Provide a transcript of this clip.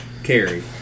Carry